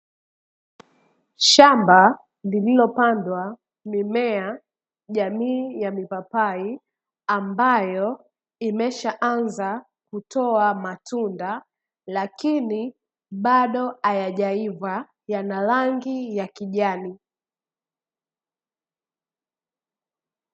Shamba lililopandwa mimea jamii ya mipapai ambayo imeshaanza kutoa matunda, lakini bado hayajaiva yana rangi ya kijani.